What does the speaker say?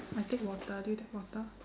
I take water did you take water